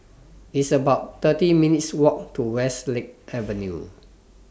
It's about thirty minutes' Walk to Westlake Avenue